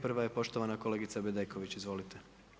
Prva je poštovana kolegica Bedeković, izvolite.